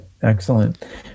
Excellent